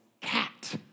cat